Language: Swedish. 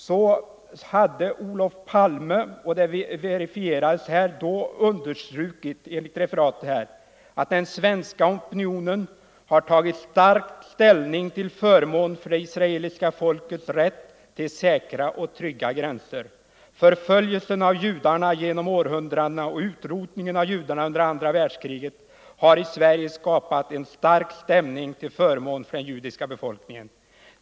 Enligt ett referat av Sven Svensson i Dagens Nyheter underströk Olof Palme ”att den svenska opinionen har tagit stark ställning till förmån för det israeliska folkets rätt till säkra och trygga gränser. Förföljelsen av judarna genom århundradena och utrotningen av judarna under andra världskriget har i Sverige skapat en stark stämning till förmån för den judiska befolkningen.